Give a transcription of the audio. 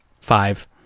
five